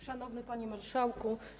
Szanowny Panie Marszałku!